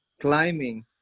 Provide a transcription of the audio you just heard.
climbing